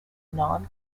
non